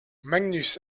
magnus